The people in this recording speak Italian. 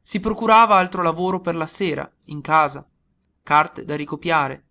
si procurava altro lavoro per la sera in casa carte da ricopiare